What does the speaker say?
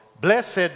Blessed